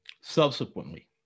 subsequently